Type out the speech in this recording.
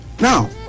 now